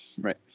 Right